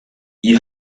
you